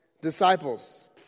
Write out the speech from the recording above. disciples